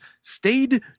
stayed